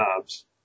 jobs